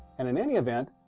and in any event,